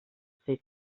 fer